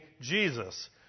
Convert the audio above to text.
Jesus